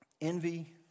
envy